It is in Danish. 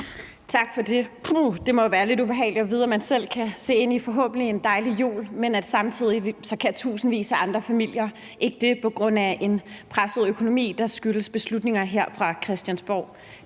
Tak for det. Puha, det må være lidt ubehageligt at vide, at man selv kan se ind i en forhåbentlig dejlig jul, men at tusindvis af andre familier samtidig ikke kan det på grund af en presset økonomi, der skyldes beslutninger truffet her på Christiansborg.